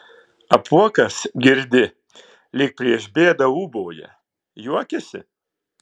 apuokas girdi lyg prieš bėdą ūbauja juokiasi